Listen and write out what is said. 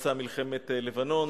ופרצה מלחמת לבנון.